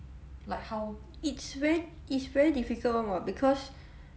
it's very it's very difficult [one] [what] because